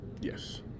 Yes